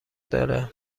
داره